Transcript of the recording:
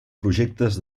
projectes